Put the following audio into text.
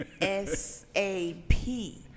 S-A-P